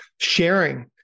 sharing